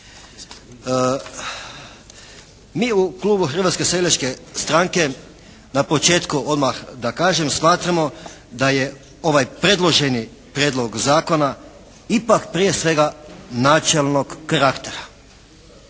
Mi u klubu Hrvatske seljačke stranke na početku odmah da kažem, smatramo da je ovaj predloženi prijedlog zakona ipak prije svega načelnog karaktera.